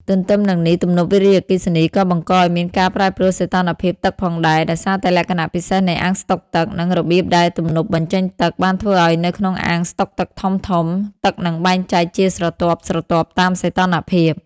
ទន្ទឹមនឹងនោះ ទំនប់វារីអគ្គិសនីក៏បង្កឱ្យមានការប្រែប្រួលសីតុណ្ហភាពទឹកផងដែរ ដោយសារតែលក្ខណៈពិសេសនៃអាងស្តុកទឹក និងរបៀបដែលទំនប់បញ្ចេញទឹក បានធ្វើឲ្យនៅក្នុងអាងស្តុកទឹកធំៗ ទឹកនឹងបែងចែកជាស្រទាប់ៗតាមសីតុណ្ហភាព។